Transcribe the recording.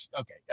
okay